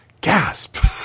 gasp